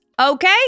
Okay